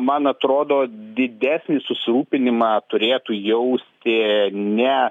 man atrodo didesnį susirūpinimą turėtų jausti ne